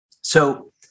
So-